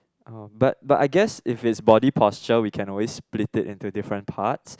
um but but I guess if it's body posture we can always split it into different parts